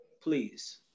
please